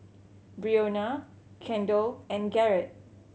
Breonna Kendell and Garett